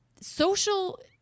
social